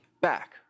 back